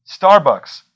Starbucks